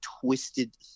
twisted